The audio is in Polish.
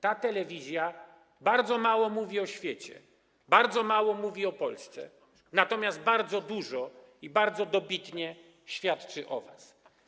Ta telewizja bardzo mało mówi o świecie, bardzo mało mówi o Polsce, natomiast bardzo dużo mówi i bardzo dobitnie świadczy o was.